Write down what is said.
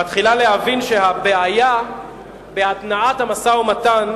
מתחילה להבין שהבעיה בהתנעת המשא-ומתן,